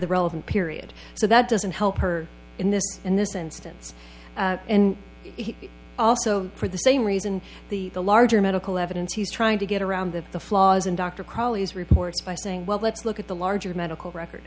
the relevant period so that doesn't help her in this in this instance and also for the same reason the the larger medical evidence he's trying to get around that the flaws in dr crowley's reports by saying well let's look at the larger medical record